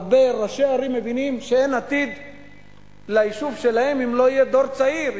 הרבה ראשי ערים מבינים שאין עתיד ליישוב שלהם אם לא יהיה דור צעיר,